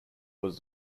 was